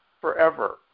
forever